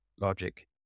logic